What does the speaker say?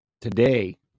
today